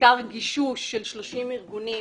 מחקר גישוש של 30 ארגונים